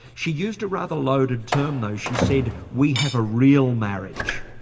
she used a rather loaded term though. she said we have a real marriage.